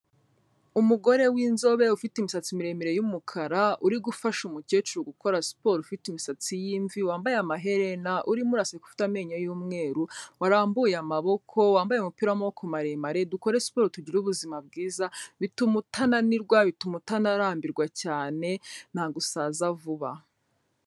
Umugore w'inzobe ufite imisatsi miremire y'umukara, uri gufasha umukecuru gukora siporo, ufite imisatsi y'imvi, wambaye amaherena, urimo uraseka, ufite amenyo y'umweru, warambuye amaboko, wambaye umupira w'amaboko maremare. Dukore siporo tugire ubuzima bwiza. Bituma utananirwa, bituma utanarambirwa cyane; ntabwo usaza vuba.